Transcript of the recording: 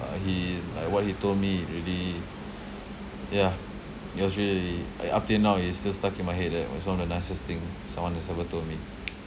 but he like what he told me really yeah it was really like up till now it's still stuck in my head that was one of the nicest thing someone has ever told me